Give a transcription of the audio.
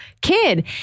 kid